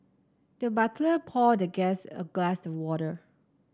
the butler poured the guest a glass of water